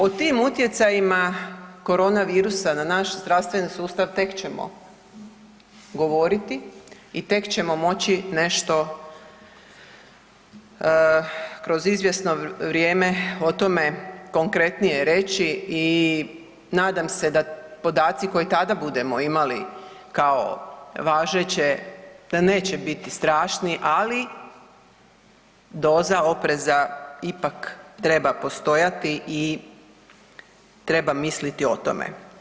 O tim utjecajima korona virusa na naš zdravstveni sustav tek ćemo govoriti i tek ćemo moći nešto kroz izvjesno vrijem o tome konkretnije reći i nadam se da podaci koje tada budemo imali kao važeće da neće biti strašni, ali doza opreza ipak treba postojati i treba misliti o tome.